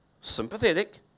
sympathetic